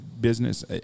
business